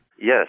Yes